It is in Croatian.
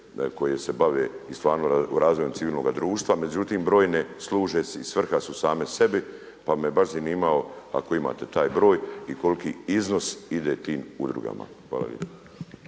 koje se bave stvarno razvojem civilnoga društva, međutim brojne služe i svrha su same sebi pa bi me baš zanimalo ako imate taj broj i koliki iznos ide tim udrugama. Hvala